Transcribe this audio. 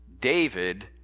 David